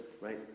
right